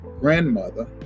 grandmother